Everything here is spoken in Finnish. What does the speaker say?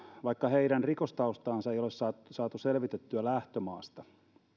vaikka heidän rikostaustaansa ei ole saatu saatu selvitettyä lähtömaasta